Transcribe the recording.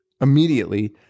immediately